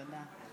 תודה.